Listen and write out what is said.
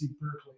berkeley